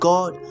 God